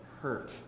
hurt